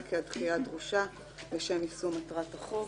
כי הדחייה דרושה לשם יישום מטרת החוק".